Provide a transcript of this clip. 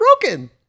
broken